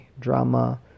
drama